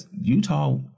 Utah